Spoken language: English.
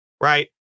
Right